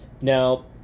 Now